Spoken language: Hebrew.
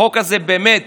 החוק הזה באמת